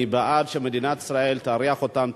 אני בעד שמדינת ישראל תארח אותם,